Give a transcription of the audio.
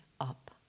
up